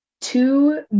Two